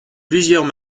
plusieurs